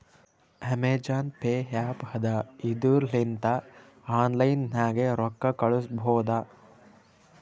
Amazon pay app ಅದಾ ಇದುರ್ ಲಿಂತ ಆನ್ಲೈನ್ ನಾಗೆ ರೊಕ್ಕಾ ಕಳುಸ್ಬೋದ